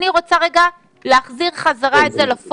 אני רוצה לעשות בריף על מה שאמרת.